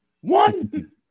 One